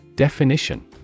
Definition